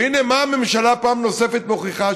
והינה, מה הממשלה פעם נוספת מוכיחה?